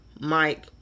Mike